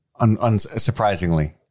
unsurprisingly